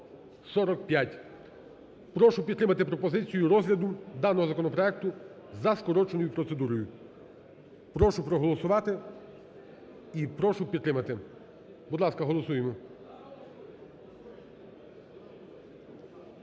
Прошу підтримати пропозицію розгляду даного законопроекту за скороченою процедурою. Прошу проголосувати і прошу підтримати. Будь ласка, голосуємо.